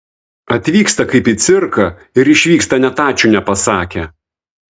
atvyksta kaip į cirką ir išvyksta net ačiū nepasakę